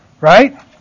Right